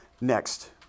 Next